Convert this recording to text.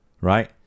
right